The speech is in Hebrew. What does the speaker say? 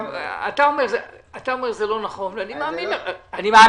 אתה אומר שזה לא נכון, ואני מאמין לך.